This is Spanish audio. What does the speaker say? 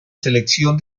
selección